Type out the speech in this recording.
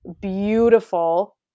beautiful